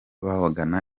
bagana